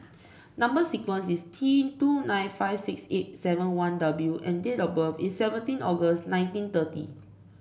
number sequence is T two nine five six eight seven one W and date of birth is seventeen August nineteen thirty